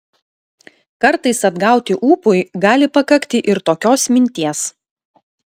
kartais atgauti ūpui gali pakakti ir tokios minties